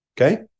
okay